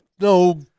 no